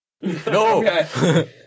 No